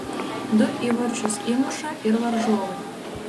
du įvarčius įmuša ir varžovai